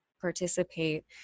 participate